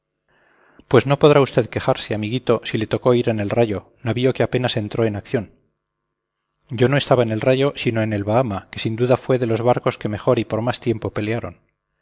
pues no podrá usted quejarse amiguito si le tocó ir en el rayo navío que apenas entró en acción yo no estaba en el rayo sino en el bahama que sin duda fue de los barcos que mejor y por más tiempo pelearon